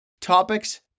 Topics